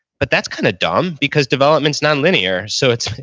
but that's kind of dumb, because development's not linear. so it's,